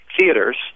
theaters